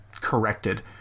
corrected